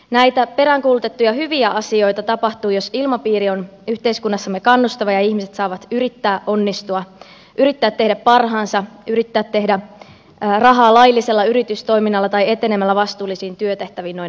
näitä peräänkuulutettuja hyviä asioita tapahtuu jos ilmapiiri on yhteiskunnassamme kannustava ja ihmiset saavat yrittää onnistua yrittää tehdä parhaansa yrittää tehdä rahaa laillisella yritystoiminnalla tai etenemällä vastuullisiin työtehtäviin noin esimerkiksi